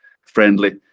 friendly